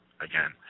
again